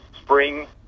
spring